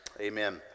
Amen